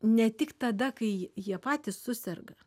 ne tik tada kai jie patys suserga